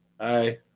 Hi